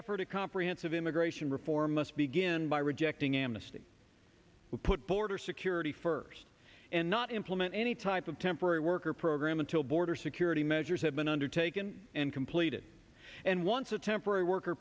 effort of comprehensive immigration reform must begin by rejecting amnesty we put border security first and not implement any type of temporary worker program until border security measures have been undertaken and completed and once a temporary worker